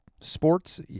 sports